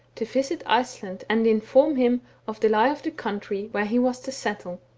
to visit iceland and inform him of the lie of the country, where he was to settle.